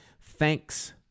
Thanks